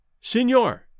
Signor